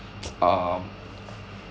um